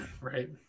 Right